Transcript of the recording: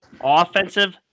offensive